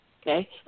Okay